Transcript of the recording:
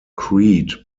creed